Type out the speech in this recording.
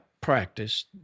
practice